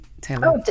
Taylor